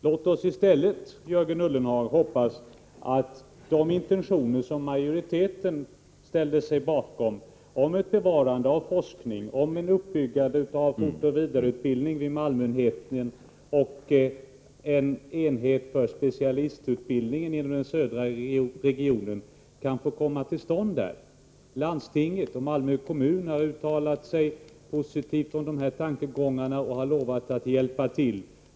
Låt oss i stället, Jörgen Ullenhag, hoppas att de intentioner som majoriteten ställde sig bakom, om ett bevarande av forskningen, en uppbyggnad av fortoch vidareutbildning vid Malmöenheten och en enhet för specialistutbildning inom den södra regionen, kan förverkligas där. Landstinget och Malmö kommun har uttalat sig positivt om de här tankegångarna och har lovat att hjälpa till.